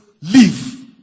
leave